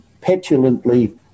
petulantly